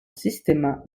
sistema